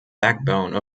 backbone